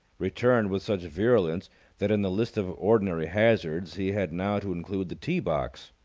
returned with such virulence that in the list of ordinary hazards he had now to include the tee-box.